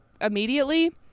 immediately